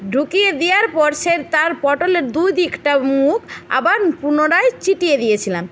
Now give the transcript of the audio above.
ঢুকিয়ে দিয়ার পর সে তার পটলের দুদিকটা মুখ আবার পুনরায় চিটিয়ে দিয়েছিলাম